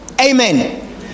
amen